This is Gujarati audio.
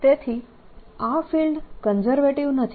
તેથી આ ફિલ્ડ કન્ઝરવેટીવ નથી